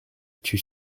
tue